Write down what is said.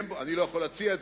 אני לא יכול להציע,